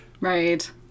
right